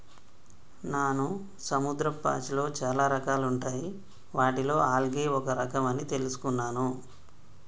నాను సముద్రపు పాచిలో చాలా రకాలుంటాయి వాటిలో ఆల్గే ఒక రఖం అని తెలుసుకున్నాను